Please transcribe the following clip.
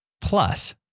Plus